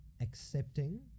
accepting